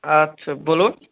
আচ্ছা বলুন